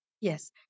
Yes